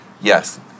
yes